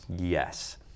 Yes